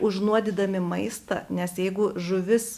užnuodydami maistą nes jeigu žuvis